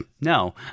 no